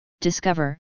Discover